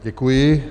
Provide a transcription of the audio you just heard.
Děkuji.